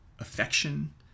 affection